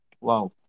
Wow